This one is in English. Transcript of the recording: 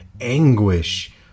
anguish